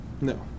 No